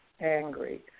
angry